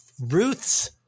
Ruth's